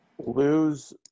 lose